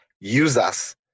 users